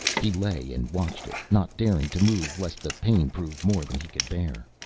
he lay and watched it, not daring to move lest the pain prove more than he could bear.